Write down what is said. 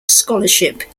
scholarship